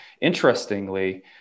interestingly